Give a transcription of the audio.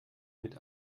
mit